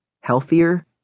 healthier